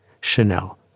Chanel